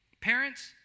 Parents